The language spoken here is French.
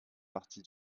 partie